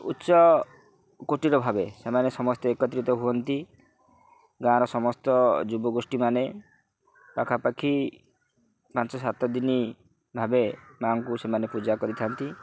ଉଚ୍ଚ କୋଟିର ଭାବେ ସେମାନେ ସମସ୍ତେ ଏକତ୍ରିତ ହୁଅନ୍ତି ଗାଁର ସମସ୍ତ ଯୁବଗୋଷ୍ଠୀମାନେ ପାଖାପାଖି ପାଞ୍ଚ ସାତ ଦିନ ଭାବେ ମାଆଙ୍କୁ ସେମାନେ ପୂଜା କରିଥାନ୍ତି